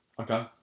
okay